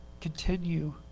Continue